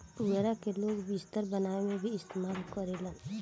पुआरा के लोग बिस्तर बनावे में भी इस्तेमाल करेलन